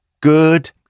good